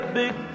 big